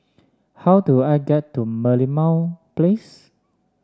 how do I get to Merlimau Place